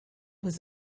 was